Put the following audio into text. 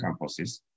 campuses